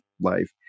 life